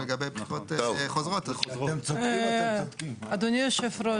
ולגבי בחירות חוזרות --- אדוני יושב הראש,